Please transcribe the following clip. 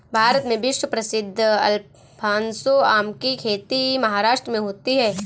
भारत में विश्व प्रसिद्ध अल्फांसो आम की खेती महाराष्ट्र में होती है